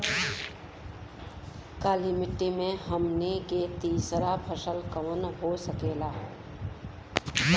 काली मिट्टी में हमनी के तीसरा फसल कवन हो सकेला?